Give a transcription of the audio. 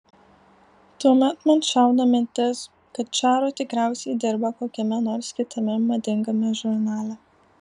tuomet man šauna mintis kad čaro tikriausiai dirba kokiame nors kitame madingame žurnale